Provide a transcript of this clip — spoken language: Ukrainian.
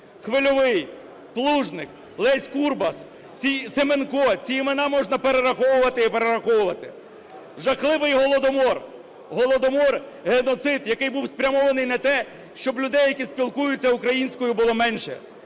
Хвильовий, Плужник, Лесь Курбас, Семенко – ці імена можна перераховувати і перераховувати. Жахливий Голодомор. Голодомор, геноцид, який був спрямований на те, щоб людей, які спілкуються українською, було менше.